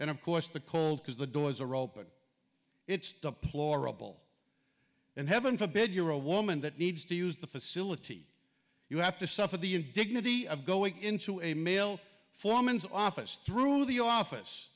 and of course the cold because the doors are open it's deplorable and heaven forbid you're a woman that needs to use the facility you have to suffer the indignity of going into a male foreman's office through the office